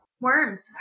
worms